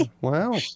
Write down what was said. wow